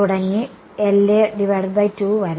തുടങ്ങി വരെ